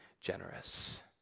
generous